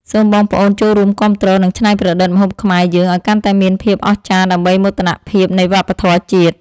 សូមបងប្អូនចូលរួមគាំទ្រនិងច្នៃប្រឌិតម្ហូបខ្មែរយើងឱ្យកាន់តែមានភាពអស្ចារ្យដើម្បីមោទនភាពនៃវប្បធម៌ជាតិ។